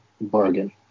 bargain